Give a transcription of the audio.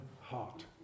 heart